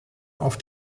auf